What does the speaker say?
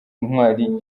intwari